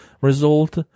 result